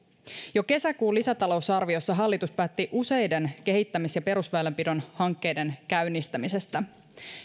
jo kesäkuun lisätalousarviossa hallitus päätti useiden kehittämis ja perusväylänpidon hankkeiden käynnistämisestä